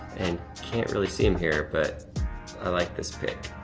and can't really see him here, but i like this pic.